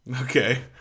Okay